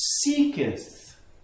seeketh